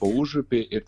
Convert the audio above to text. po užupį ir